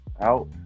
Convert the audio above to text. out